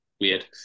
weird